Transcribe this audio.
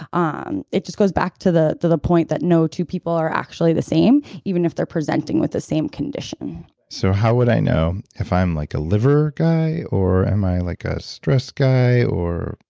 um it just goes back to the the point that no two people are actually the same, even if they're presenting with the same condition so how would i know if i'm like a liver guy or am i like a stress guy or.